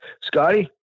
Scotty